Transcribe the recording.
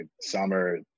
summer